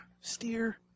steer